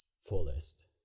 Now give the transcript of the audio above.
fullest